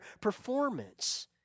performance